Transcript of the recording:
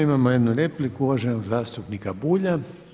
Imamo jednu repliku uvaženog zastupnika Bulja.